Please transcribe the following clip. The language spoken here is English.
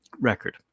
record